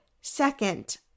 Second